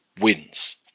wins